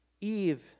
Eve